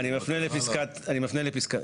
מה הסיבה?